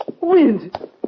Wind